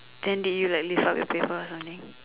then did you like lift up your paper or something